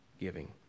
giving